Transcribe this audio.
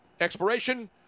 Expiration